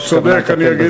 האם יש לך מה לטפל בזה?